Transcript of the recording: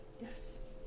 Yes